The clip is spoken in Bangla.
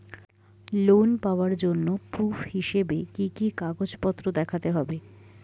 লোন পাওয়ার জন্য প্রুফ হিসেবে কি কি কাগজপত্র দেখাতে হবে?